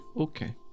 Okay